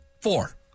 Four